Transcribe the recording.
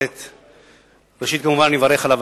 אני מוותרת, אדוני.